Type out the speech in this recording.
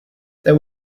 there